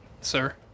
sir